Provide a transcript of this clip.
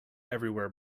everywhere